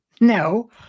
No